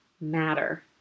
matter